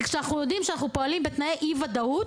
כי כשאנחנו יודעים שאנחנו פועלים בתנאי אי ודאות,